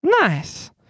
Nice